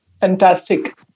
fantastic